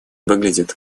выглядит